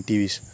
Tv's